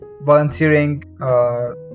volunteering